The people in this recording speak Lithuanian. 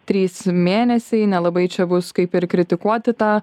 trys mėnesiai nelabai čia bus kaip ir kritikuoti tą